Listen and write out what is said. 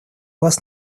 вас